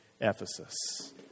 Ephesus